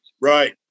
right